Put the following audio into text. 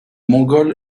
mongol